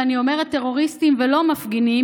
ואני אומרת "טרוריסטים" ולא "מפגינים"